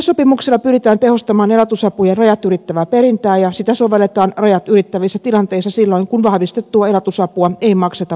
yleissopimuksella pyritään tehostamaan elatusapujen rajat ylittävää perintää ja sitä sovelletaan rajat ylittävissä tilanteissa silloin kun vahvistettua elatusapua ei makseta vapaaehtoisesti